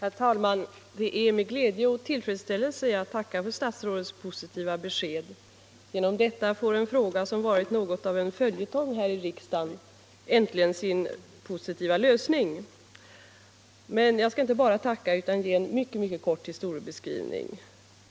Herr talman! Det är med glädje och tillfredsställelse jag tackar för statsrådet Petersons besked. Genom detta får en fråga som varit något av en följetong här i riksdagen äntligen sin positiva lösning. Men jag skall inte bara tacka utan också ge en mycket kort historiebeskrivning.